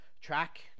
Track